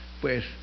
pues